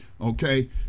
Okay